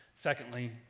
Secondly